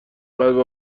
قلبم